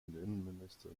innenminister